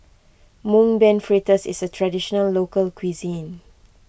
Mung Bean Fritters is a Traditional Local Cuisine